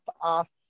off